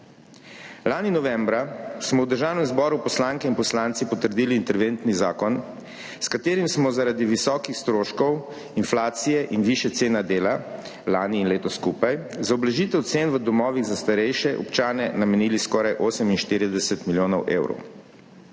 Lani novembra smo v Državnem zboru poslanke in poslanci potrdili interventni zakon, s katerim smo zaradi visokih stroškov inflacije in višje cene dela lani in letos skupaj za ublažitev cen v domovih za starejše občane namenili skoraj 48 milijonov evrov.